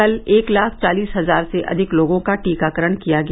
कल एक लाख चालीस हजार से अधिक लोगों का टीकाकरण किया गया